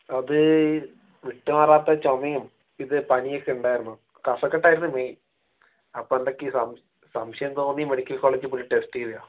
അത് വിട്ടുമാറാത്ത ചുമയും ഇത് പനിയൊക്കെ ഉണ്ടായിരുന്നു കഫക്കെട്ടായിരുന്നു മെയിൻ അപ്പോൾ എന്തൊക്കെയോ സംശയം തോന്നി മെഡിക്കൽ കോളേജിൽ പോയിട്ട് ടെസ്റ്റ് ചെയ്തതാണ്